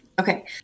Okay